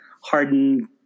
hardened